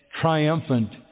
triumphant